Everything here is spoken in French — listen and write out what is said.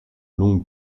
longue